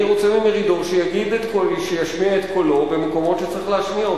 אני רוצה ממרידור שישמיע את קולו במקומות שצריך להשמיע,